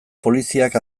poliziak